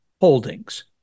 Holdings